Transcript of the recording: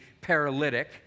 paralytic